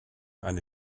eine